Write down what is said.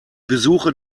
besuche